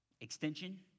extension